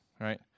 right